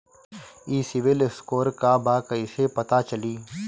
ई CIBIL score का बा कइसे पता चली?